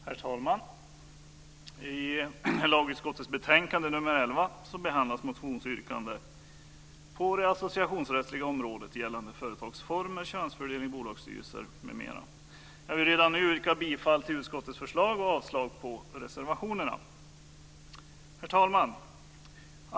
Herr talman! I lagutskottets betänkande nr 11 behandlas motionsyrkanden på det associationsrättsliga området gällande företagsformer, könsfördelning i bolagsstyrelser m.m. Jag vill redan nu yrka bifall till utskottets förslag och avslag på reservationerna. Herr talman!